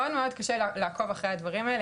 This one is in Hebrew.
מאוד מאוד קשה לעקוב אחרי הדברים האלה,